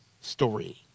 story